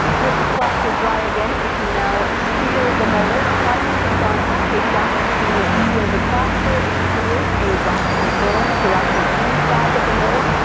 with the plaster dry again, we can now ah seal the mold. i'm using johnson's paste wax to seal the plaster and create a waxy film throughout the inside of the mold.